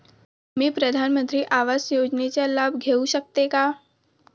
मी प्रधानमंत्री आवास योजनेचा लाभ घेऊ शकते का?